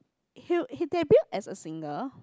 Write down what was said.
he'll he debut as a singer